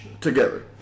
Together